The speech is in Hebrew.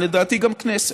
ולדעתי גם כנסת.